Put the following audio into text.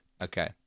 Okay